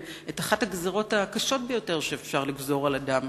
את אחת הגזירות הקשות ביותר שאפשר לגזור על אדם,